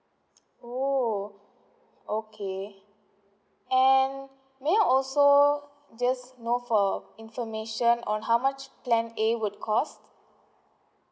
oh okay and may I also just know for information on how much plan A would cost